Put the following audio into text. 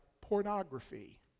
pornography